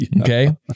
Okay